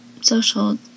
social